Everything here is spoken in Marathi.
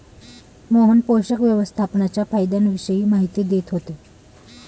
मोहन पोषक व्यवस्थापनाच्या फायद्यांविषयी माहिती देत होते